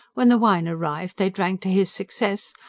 when the wine arrived they drank to his success,